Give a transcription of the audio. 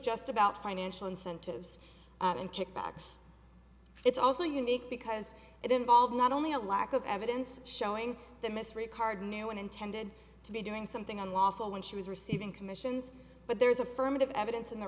just about financial incentives and kickbacks it's also unique because it involved not only a lack of evidence showing that miss rijkaard knew and intended to be doing something unlawful when she was receiving commissions but there is affirmative evidence in the